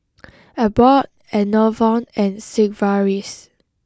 Abbott Enervon and Sigvaris